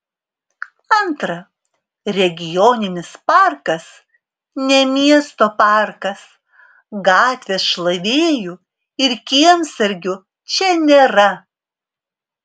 antra regioninis parkas ne miesto parkas gatvės šlavėjų ir kiemsargių čia nėra